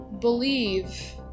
believe